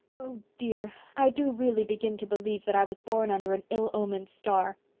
oh dear, i do really begin to believe that i was born under an ill-omened star.